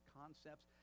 concepts